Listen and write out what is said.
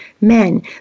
men